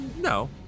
No